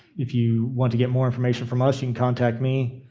if you want to get more information from us you can contact me,